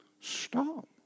Stop